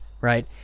right